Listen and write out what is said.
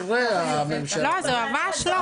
זה ממש לא.